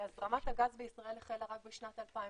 הזרמת הגז בישראל החלה רק בשנת 2004,